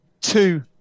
two